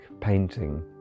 painting